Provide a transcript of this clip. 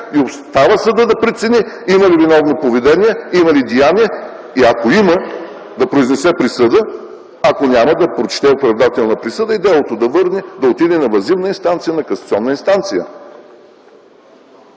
и остава съдът да прецени има ли виновно поведение, има ли деяние, и ако има - да произнесе присъда, ако няма - да прочете оправдателна присъда, и делото да отиде на въззивна инстанция, на касационна инстанция.